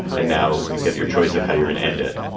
and now you get your choice of how you're going to end it.